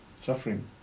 suffering